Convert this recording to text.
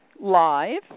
live